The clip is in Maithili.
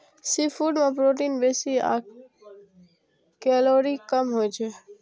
सीफूड मे प्रोटीन बेसी आ कैलोरी कम होइ छै